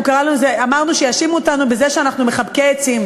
אמרנו שיאשימו אותנו בזה שאנחנו מחבקי עצים,